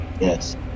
yes